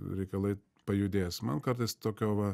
reikalai pajudės man kartais tokio va